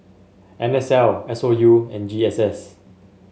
N S L S O U and G S S